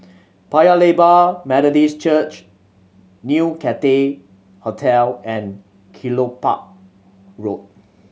Paya Lebar Methodist Church New Cathay Hotel and Kelopak Road